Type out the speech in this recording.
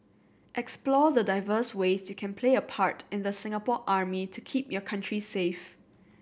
explore the diverse ways you can play a part in the Singapore Army to keep your country safe